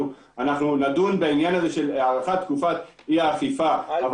שאנחנו נדון בעניין הזה של הארכת תקופת אי האכיפה אבל